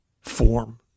form